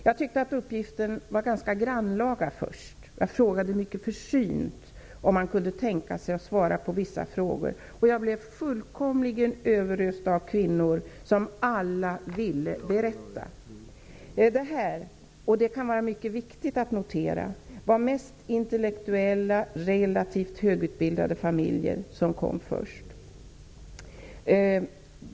Jag tyckte först att det var en ganska grannlaga uppgift. Jag frågade mycket försynt om man kunde tänka sig att svara på vissa frågor. Men jag blev fullkomligt överöst av svar från kvinnor som alla ville berätta. Det var, och det kan vara mycket viktigt att notera detta, mest intellektuella, relativt högutbildade familjer som kom först.